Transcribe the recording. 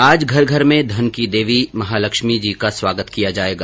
आज घर घर में धन की देवी महालक्ष्मी जी का स्वागत किया जाएगा